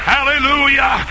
Hallelujah